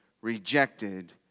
rejected